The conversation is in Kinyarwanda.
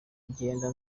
ngenda